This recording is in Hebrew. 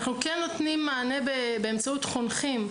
אנחנו כן נותנים מענה באמצעות חונכים.